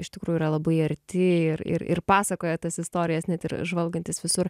iš tikrųjų yra labai arti ir ir ir pasakoja tas istorijas net ir žvalgantis visur